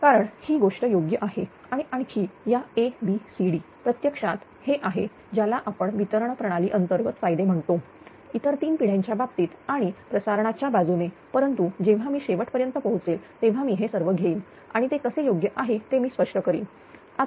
कारण ही गोष्ट योग्य आहे आणि आणखी या abcd प्रत्यक्षात हे आहे ज्याला आपण वितरण प्रणाली अंतर्गत फायदे म्हणतो इतर तीन पिढ्यांच्या बाबतीत आणि प्रसारणाच्या बाजूने परंतु जेव्हा मी शेवट पर्यंत पोहोचेल तेव्हा मी हे सर्व घेईन आणि ते कसे योग्य आहे ते मी स्पष्ट करीन